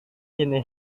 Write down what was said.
ini